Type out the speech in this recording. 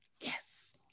yes